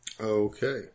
Okay